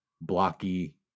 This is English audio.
blocky